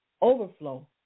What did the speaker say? overflow